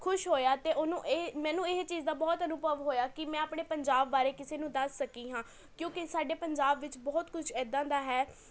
ਖੁਸ਼ ਹੋਇਆ ਅਤੇ ਓਹਨੂੰ ਇਹ ਮੈਨੂੰ ਇਹ ਚੀਜ਼ ਦਾ ਬਹੁਤ ਅਨੁਭਵ ਹੋਇਆ ਕਿ ਮੈਂ ਆਪਣੇ ਪੰਜਾਬ ਬਾਰੇ ਕਿਸੇ ਨੂੰ ਦੱਸ ਸਕੀ ਹਾਂ ਕਿਉਂਕਿ ਸਾਡੇ ਪੰਜਾਬ ਵਿੱਚ ਬਹੁਤ ਕੁਛ ਇੱਦਾਂ ਦਾ ਹੈ